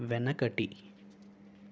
వెనకటి